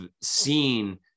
seen